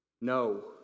No